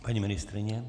Paní ministryně?